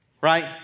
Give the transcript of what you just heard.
right